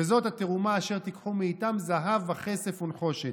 וזאת התרומה אשר תִקחו מאִתם זהב וכסף וּנְחֹשֶׁת".